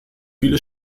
viele